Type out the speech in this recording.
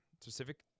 specific